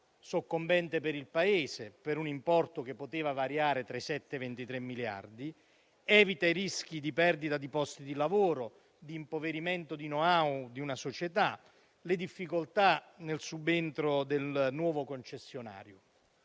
soccombente per il Paese per un importo che poteva variare tra i 7 e i 23 miliardi; evita i rischi di perdita di posti di lavoro, di impoverimento di *know-how* di una società; evita le difficoltà nel subentro del nuovo concessionario;